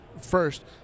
first